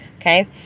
okay